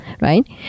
right